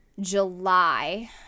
july